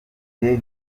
david